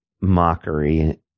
mockery